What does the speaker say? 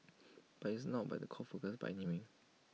but it's not by the core focus by any mean